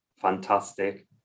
fantastic